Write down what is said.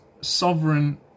sovereign